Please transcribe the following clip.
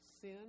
sin